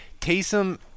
Taysom